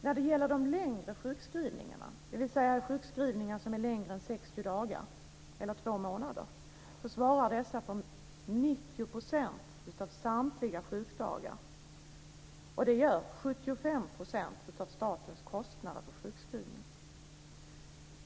När det gäller de längre sjukskrivningarna, dvs. sjukskrivningar som är längre än två månader, svarar dessa för 90 % av samtliga sjukdagar. Det gör 75 % av statens kostnader för sjukskrivning.